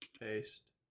Paste